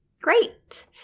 Great